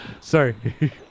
Sorry